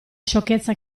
sciocchezza